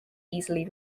easily